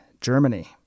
Germany